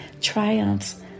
triumphs